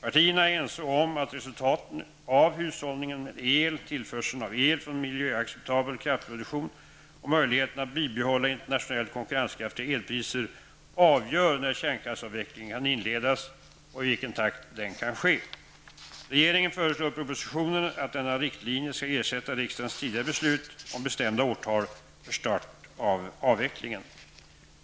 Partierna är ense om att resultatet av hushållningen med el, tillförseln av el från miljöacceptabel kraftproduktion och möjligheterna att bibehålla internationellt konkurrenskraftiga elpriser avgör när kärnkraftsavvecklingen kan inledas och i vilken takt den kan ske. Regeringen föreslår i propositionen att denna riktlinje skall ersätta riksdagens tidigare beslut om bestämda årtal för start av avvecklingen.